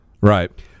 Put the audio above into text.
Right